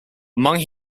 among